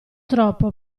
troppo